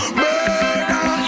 murder